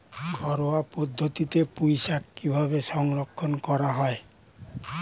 ঘরোয়া পদ্ধতিতে পুই শাক কিভাবে সংরক্ষণ করা হয়?